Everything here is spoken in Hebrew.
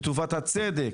לטובת הצדק.